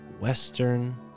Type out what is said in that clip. western